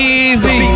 easy